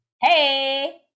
Hey